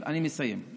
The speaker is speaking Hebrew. אני מסיים.